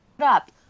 up